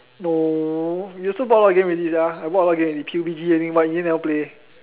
no you also bought a lot of games already sia I bought a lot of games P U B G but in the end never play